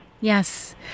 Yes